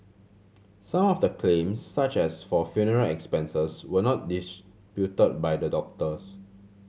some of the claims such as for funeral expenses were not disputed by the doctors